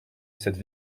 cette